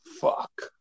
fuck